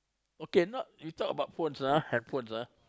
okay not you talk about phones ah handphones ah